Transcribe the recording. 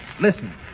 listen